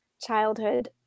childhood